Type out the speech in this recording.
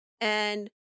and-